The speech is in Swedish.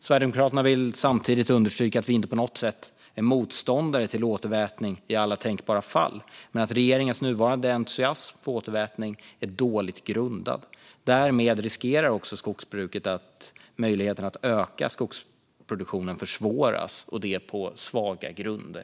Sverigedemokraterna vill samtidigt understryka att vi inte på något sätt är motståndare till återvätning i alla tänkbara fall men att regeringens nuvarande entusiasm för återvätning är dåligt grundad. Därmed riskerar skogsbruket att försvåras, liksom möjligheten att öka skogsproduktionen - och det på svaga grunder.